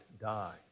die